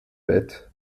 bett